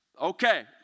okay